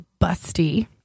busty